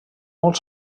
molt